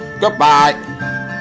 goodbye